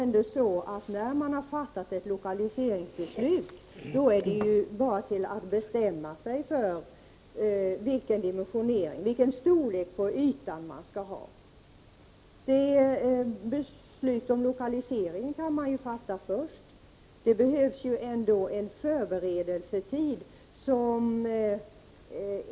När man har fattat ett lokaliseringsbeslut, är det ju bara att bestämma sig för vilken storlek på ytan man skall ha. Beslutet om lokalisering kan ju fattas först. Det behövs ändå en förberedelsetid.